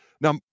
Now